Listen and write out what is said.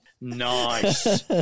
Nice